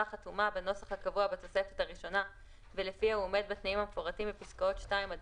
מערכת הכרטוס, ושתיים זה דרך מערכות ספירת נוסעים.